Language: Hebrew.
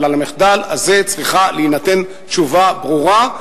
אבל על המחדל הזה צריכה להינתן תשובה ברורה,